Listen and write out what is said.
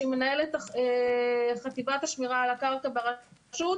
שהיא מנהלת חטיבת השמירה על הקרקע ברשות,